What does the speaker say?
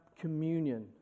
communion